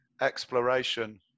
exploration